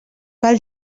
pel